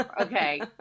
okay